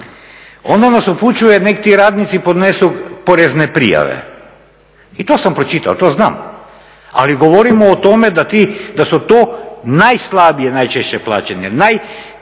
Ona nas upućuje nek ti radnici podnesu porezne prijave i to sam pročitao, to znam, ali govorimo o tome da su to najslabije najčešće plaćeni,